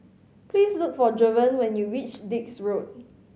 please look for Jovan when you reach Dix Road